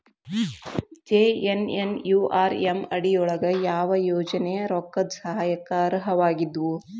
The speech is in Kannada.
ಜೆ.ಎನ್.ಎನ್.ಯು.ಆರ್.ಎಂ ಅಡಿ ಯೊಳಗ ಯಾವ ಯೋಜನೆ ರೊಕ್ಕದ್ ಸಹಾಯಕ್ಕ ಅರ್ಹವಾಗಿದ್ವು?